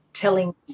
Telling